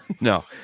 no